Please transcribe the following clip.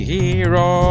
Hero